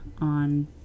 on